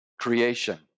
creation